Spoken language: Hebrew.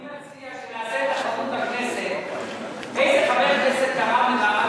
אני מציע שנעשה תחרות בכנסת איזה חבר כנסת תרם למעמד